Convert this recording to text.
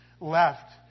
left